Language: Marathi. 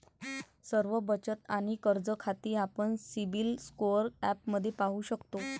सर्व बचत आणि कर्ज खाती आपण सिबिल स्कोअर ॲपमध्ये पाहू शकतो